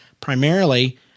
primarily